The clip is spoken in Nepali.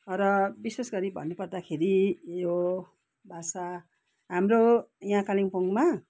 र विशेषगरी भन्नुपर्दाखेरि यो भाषा हाम्रो यहाँ कालिम्पोङमा